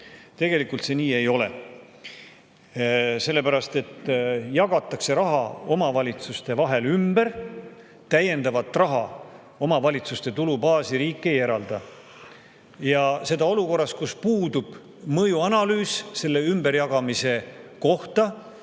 ole. Tegelikult see nii ei ole, sellepärast et raha jagatakse omavalitsuste vahel ümber ja lisaraha omavalitsuste tulubaasi riik ei eralda. Ja seda olukorras, kus puudub mõjuanalüüs selle ümberjagamise kohta.